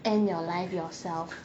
end your life yourself